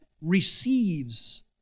receives